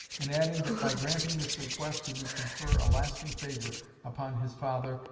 and adding that by granting this request he would confer a lasting favor upon his father,